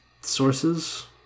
Sources